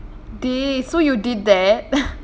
oh my g~ dey so you did that